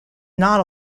not